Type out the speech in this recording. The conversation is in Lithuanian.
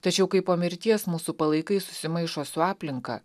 tačiau kai po mirties mūsų palaikai susimaišo su aplinka